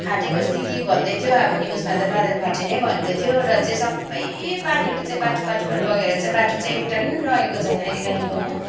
फाटेको स्थिति भन्दैथ्यो अब न्युजमा त बादल फाट्यो नै भन्दैथ्यो र चाहिँ सबै पानीहरू चाहिँ बाटो बाटोबाट बगेर चाहिँ बाटो चाहिँ एउटा पनि रहेको छैन अहिले कालिम्पोङमा